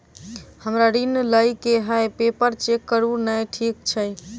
हमरा ऋण लई केँ हय पेपर चेक करू नै ठीक छई?